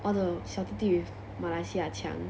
all the 小弟弟 with 马来西亚腔